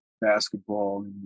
basketball